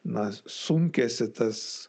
na sunkiasi tas